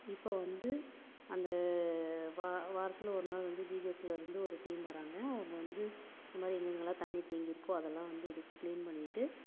இப்போ வந்து அந்த வா வாரத்தில் ஒரு நாள் வந்து ஜீஹெச்லேர்ந்து ஒரு டீம் வராங்க அவங்க வந்து இந்தமாதிரி எங்கெங்கெல்லாம் தண்ணி தேங்கியிருக்கோ அதெல்லாம் வந்து இது க்ளீன் பண்ணிவிட்டு